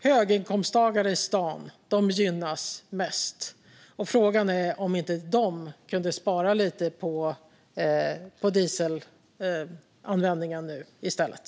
Höginkomsttagare i stan gynnas mest, och frågan är om inte de kunde spara lite på dieselanvändningen nu i stället.